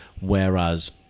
whereas